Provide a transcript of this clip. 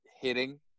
hitting